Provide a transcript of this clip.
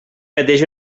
mateix